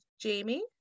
Jamie